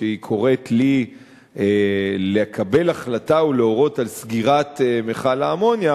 כשהיא קוראת לי לקבל החלטה ולהורות על סגירת מכל האמוניה,